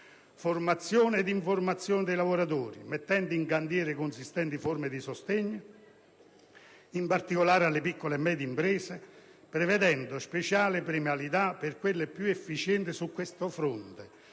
formazione e l'informazione dei lavoratori, mettendo in cantiere consistenti forme di sostegno, in particolare alle piccole e medie imprese, prevedendo speciali premialità per quelle più efficienti su questo fronte;